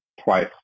twice